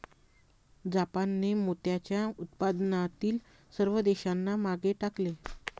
जापानने मोत्याच्या उत्पादनातील सर्व देशांना मागे टाकले